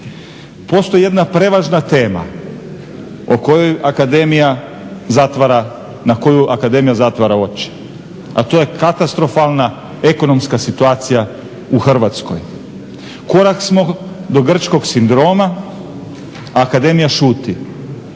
o kojoj Akademija zatvara, na koju Akademija zatvara oči a to je katastrofalna ekonomska situacija u Hrvatskoj. Korak smo do grčkog sindroma, a Akademija šuti.